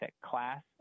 class